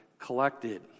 Collected